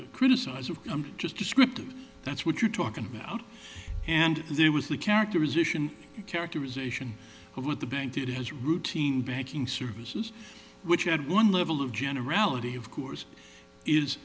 to criticize it i'm just descriptive that's what you're talking about and there was the characterization characterization of what the bank did as routine banking services which at one level of generality of course is